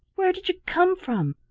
where did you come from?